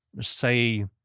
say